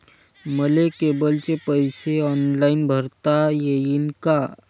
मले केबलचे पैसे ऑनलाईन भरता येईन का?